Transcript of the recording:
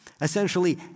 essentially